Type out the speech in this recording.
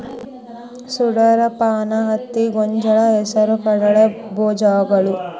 ಸೂರಡಪಾನ, ಹತ್ತಿ, ಗೊಂಜಾಳ, ಹೆಸರು ಕಡಲೆ ಬೇಜಗಳು